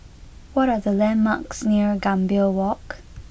what are the landmarks near Gambir Walk